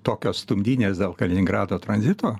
tokios stumdynės dėl kaliningrado tranzito